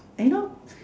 you know